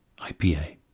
IPA